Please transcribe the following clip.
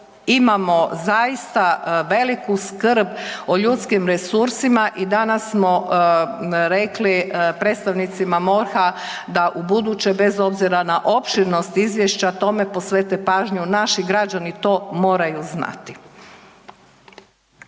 imamo zaista veliku skrb o ljudskim resursima i danas smo rekli predstavnicima MORH-a da ubuduće bez obzira na opširnost izvješća tome posvete pažnju. Naši građani to moraju znati.